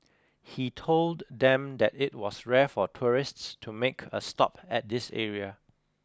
he told them that it was rare for tourists to make a stop at this area